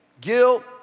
guilt